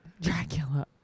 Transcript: Dracula